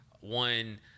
one